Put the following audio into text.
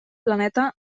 planeta